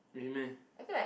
really meh